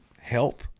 help